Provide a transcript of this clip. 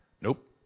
Nope